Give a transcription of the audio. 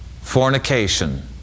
fornication